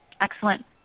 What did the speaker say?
Excellent